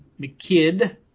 McKidd